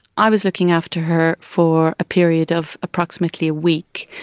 i was looking after her for a period of approximately a week,